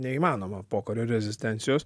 neįmanoma pokario rezistencijos